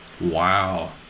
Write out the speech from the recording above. Wow